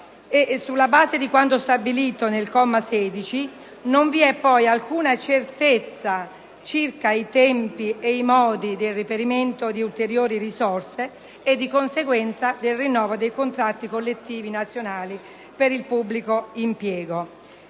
sulla base di quanto stabilito nel comma 16, non vi è poi alcuna certezza circa i tempi e i modi del reperimento di ulteriori risorse e di conseguenza del rinnovo dei contratti collettivi nazionali per il pubblico impiego.